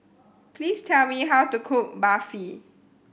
please tell me how to cook Barfi